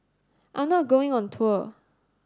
I'm not going on tour